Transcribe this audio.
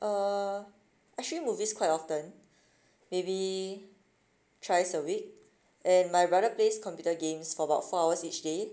uh actually movies quite often maybe thrice a week and my brother plays computer games for about four hours each day